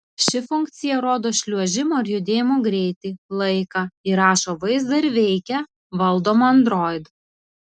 ši funkcija rodo šliuožimo ir judėjimo greitį laiką įrašo vaizdą ir veikia valdoma android